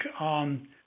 on